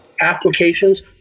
applications